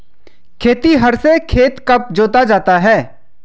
खेतिहर से खेत कब जोता जाता है?